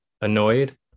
annoyed